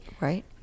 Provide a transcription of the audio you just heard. Right